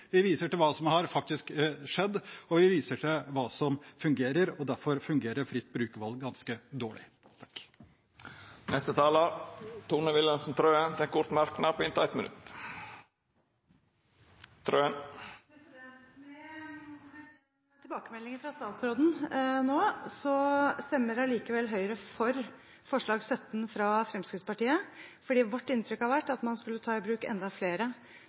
hva som fungerer. Derfor fungerer fritt behandlingsvalg ganske dårlig. Representanten Tone Wilhelmsen Trøen har tatt ordet to gonger tidlegare i debatten og får ordet til ein kort merknad, avgrensa til 1 minutt. Med den tilbakemeldingen fra statsråden nå stemmer Høyre likevel for forslag nr. 17, fra Fremskrittspartiet, for vårt inntrykk har vært at man skulle ta i bruk enda flere